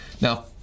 Now